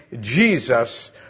Jesus